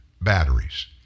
Batteries